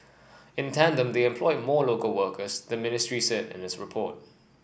in tandem they employed more local workers the ministry said in its report